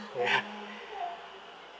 yeah